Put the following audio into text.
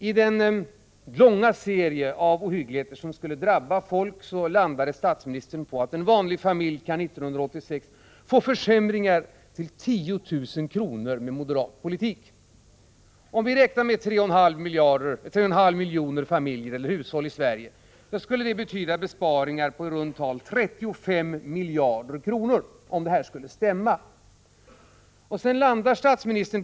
I den långa serie av ohyggligheter som skulle drabba folk landade statsministern på att en vanlig familj 1986 skulle kunna få försämringar på 10 000 kr. med moderat politik. Om vi räknar med 3,5 miljoner hushåll i Sverige skulle det betyda besparingar på i runt tal 35 miljarder kronor, om statsministerns beräkningar stämmer.